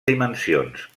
dimensions